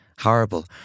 horrible